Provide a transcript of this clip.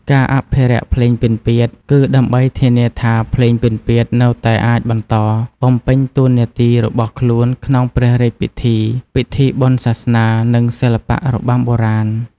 ការអភិរក្សភ្លេងពិណពាទ្យ គឺដើម្បីធានាថាភ្លេងពិណពាទ្យនៅតែអាចបន្តបំពេញតួនាទីរបស់ខ្លួនក្នុងព្រះរាជពិធី ពិធីបុណ្យសាសនា និងសិល្បៈរបាំបុរាណ។